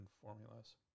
formulas